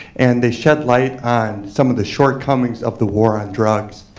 and they shed light on some of the shortcomings of the war on drugs.